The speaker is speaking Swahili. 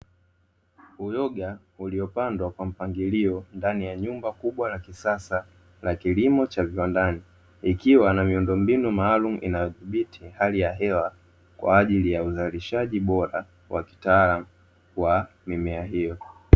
Uyoga uliopandwa kwa mpangilio ndani ya nyumba kubwa la kisasa la kilimo cha viwandani, ikiwa na miundo mbinu maalumu inayodhibiti hali ya hewa kwaajili ya uzalishaji bora wa kitaalamu wa mimea hiyo.